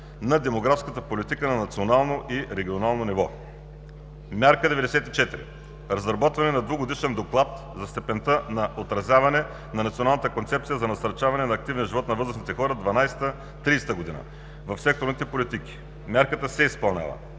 на демографската политика на национално и регионално ниво. Мярка 94: Разработване на двугодишен доклад за степента на отразяване на Националната концепция за насърчаване на активния живот на възрастните хора 2012 – 2030 г. в секторните политики – мярката се изпълнява.